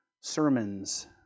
sermons